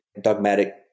dogmatic